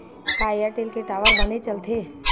का एयरटेल के टावर बने चलथे?